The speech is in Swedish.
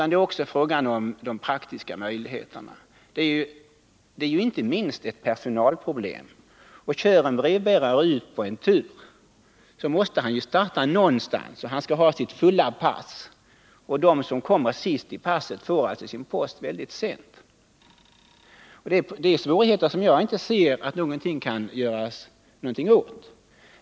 Det är också fråga om de praktiska möjligheterna. Det är inte minst ett personalproblem. En brevbärare som kör ut på en tur måste ju starta någonstans. Han skall ha sitt fulla pass, och de som kommer sist i passet får alltså sin post väldigt sent. Det är svårigheter som jag inte kan se att man kan göra någonting åt.